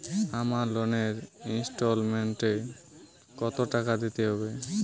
আমার লোনের ইনস্টলমেন্টৈ কত টাকা দিতে হবে?